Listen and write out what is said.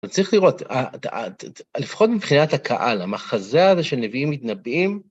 אז צריך לראות, לפחות מבחינת הקהל, המחזה הזה של נביאים מתנבאים,